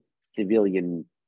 civilian